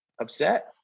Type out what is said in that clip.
upset